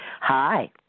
Hi